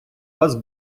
вас